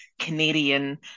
canadian